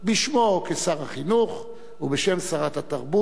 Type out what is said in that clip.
בשמו כשר החינוך ובשם שרת התרבות,